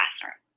classroom